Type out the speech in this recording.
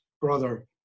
brother